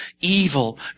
evil